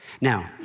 Now